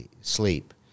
sleep